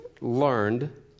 learned